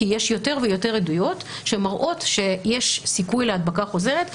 כי יש יותר ויותר עדויות שמראות שיש סיכוי להדבקה חוזרת,